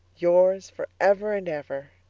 yours, for ever and ever,